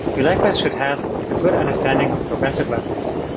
you likewise should have a good understanding of progressive web apps.